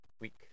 week